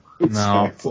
No